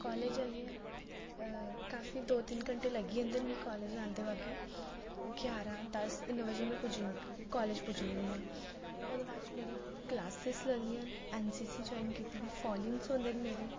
college जाइयै अ काफी दो तिन्न घैंटे लग्गी जंदे न मिगी कॉलेज़ जंदे बाकी ग्यारां दस बजे में पुज्जी ज'न्नी कॉलेज़ पुज्जी जन्नी आं ओह्दे बाच मेरे कलॉसेज़ लगदियां न एन सी सी ज्वॉइन कीती दी फालिन्स होंदे न मेरे